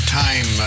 time